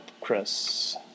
Chris